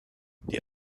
die